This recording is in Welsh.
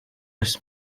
oes